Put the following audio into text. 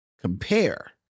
compare